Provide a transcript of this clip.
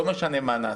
לא משנה מה נעשה.